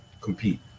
compete